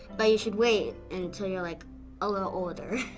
but you should wait until you're like a little older.